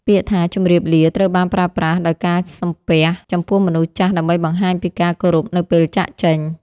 ពាក្យថាជម្រាបលាត្រូវបានប្រើប្រាស់ដោយការសំពះចំពោះមនុស្សចាស់ដើម្បីបង្ហាញពីការគោរពនៅពេលចាកចេញ។